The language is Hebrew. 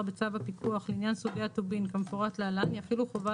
בצו הפיקוח לעניין סוגי הטובין כמפורט להלן יחילו חובה